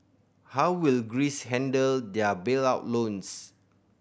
how will Greece handle their bailout loans